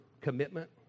commitment